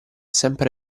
sempre